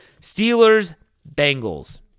Steelers-Bengals